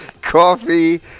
Coffee